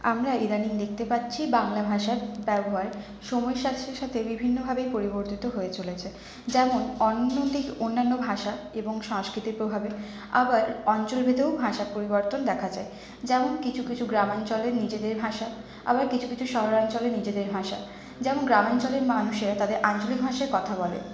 আমরা ইদানিং দেখতে পাচ্ছি বাংলা ভাষার ব্যবহার সময়ের সাথে সাথে বিভিন্নভাবে পরিবর্তিত হয়ে চলেছে যেমন অন্যান্য ভাষা এবং সংস্কৃতির প্রভাবে আবার অঞ্চলভেদেও ভাষার পরিবর্তন দেখা যায় যেমন কিছু কিছু গ্রামাঞ্চলে নিজেদের ভাষা আবার কিছু কিছু শহরাঞ্চলে নিজেদের ভাষা যেমন গ্রামাঞ্চলের মানুষেরা তাদের আঞ্চলিক ভাষায় কথা বলে